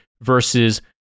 versus